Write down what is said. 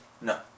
No